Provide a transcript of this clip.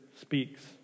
speaks